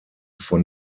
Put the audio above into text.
von